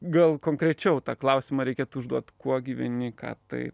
gal konkrečiau tą klausimą reikėtų užduot kuo gyveni ką tai